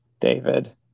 David